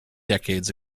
decades